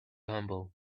humble